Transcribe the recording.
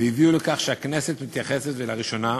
והביאו לכך שהכנסת תתייחס לזה לראשונה.